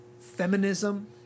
feminism